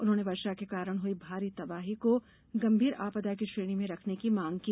उन्होंने वर्षा के कारण हुई भारी तबाही को गंभीर आपदा की श्रेणी में रखने की माँग की